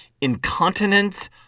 Incontinence